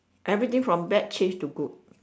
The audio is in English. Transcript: everything from bad change to good